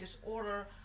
disorder